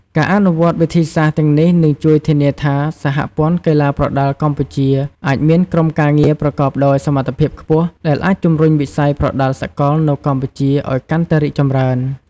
ការអនុវត្តវិធីសាស្ត្រទាំងនេះនឹងជួយធានាថា សហព័ន្ធកីឡាប្រដាល់កម្ពុជាអាច មានក្រុមការងារប្រកបដោយសមត្ថភាពខ្ពស់ ដែលអាចជំរុញវិស័យប្រដាល់សកលនៅកម្ពុជាឲ្យកាន់តែរីកចម្រើន។